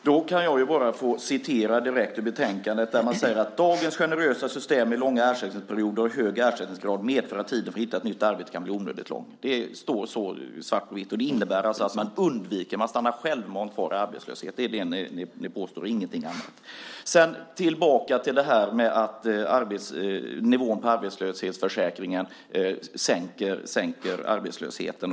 Herr talman! Då kan jag bara citera direkt ur betänkandet, där man säger att "dagens generösa system med långa ersättningsperioder och hög ersättningsgrad medför att tiden för att hitta ett nytt arbete kan bli onödigt lång". Det står svart på vitt. Det innebär alltså att människor självmant stannar kvar i arbetslöshet. Det är det ni påstår, ingenting annat. Sedan tillbaka till det här att nivån på arbetslöshetsförsäkringen minskar arbetslösheten.